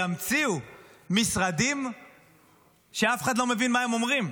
ימציאו משרדים שאף אחד לא מבין מה הם אומרים.